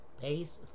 Base